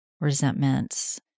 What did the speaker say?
resentments